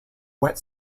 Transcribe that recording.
wet